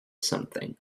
something